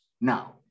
Now